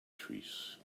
trees